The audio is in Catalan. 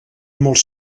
molts